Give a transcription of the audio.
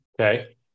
Okay